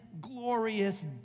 glorious